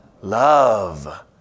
Love